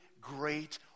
great